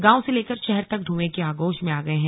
गांव से लेकर शहर तक धुएं की आगोश में आ गए हैं